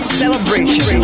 celebration